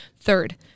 third